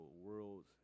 world's